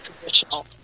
traditional